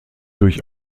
durch